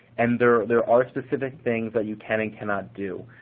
and there there are specific things that you can and cannot do.